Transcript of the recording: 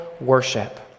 worship